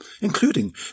including